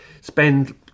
spend